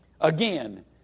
again